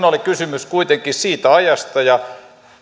oli kysymys kuitenkin siitä ajasta